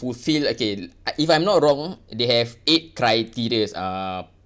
fulfill okay I if I'm not wrong they have eight criterias uh